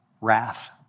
wrath